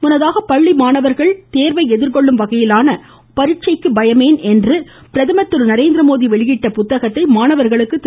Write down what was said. முன்னதாக பள்ளி மாணவர்கள் தேர்வை எதிர்கொள்ளும் வகையிலான பரீட்சைக்கு பயமேன் என்ற பிரதமர் திரு நரேந்திரமோடி வெளியிட்ட புத்தகத்தை மாணவர்களுக்கு திரு